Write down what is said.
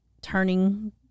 turning